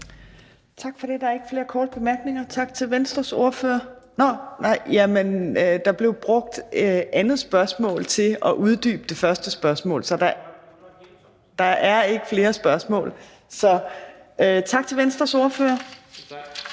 Tak for det. Der er ikke flere korte bemærkninger. Tak til Venstres ordfører. Jamen andet spørgsmål blev brugt til at uddybe det første spørgsmål, så der er ikke flere spørgsmål. Fint, så er der